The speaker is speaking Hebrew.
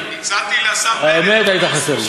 הרב גליק, היית חסר לי, באמת היית חסר לי.